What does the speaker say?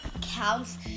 counts